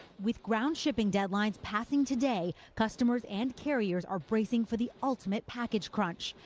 with ground shipping deadlines passing today, customers and carriers are bracing for the ultimate package crunch.